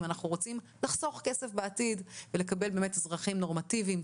אם נחנו רוצים לחסוך כסף בעתיד ולקבל באמת אזרחים נורמטיביים,